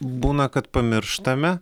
būna kad pamirštame